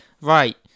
right